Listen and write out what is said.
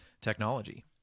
technology